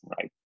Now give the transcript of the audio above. Right